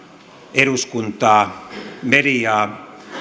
eduskuntaa mediaa